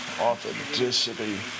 authenticity